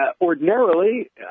ordinarily